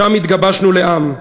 שם התגבשנו לעם.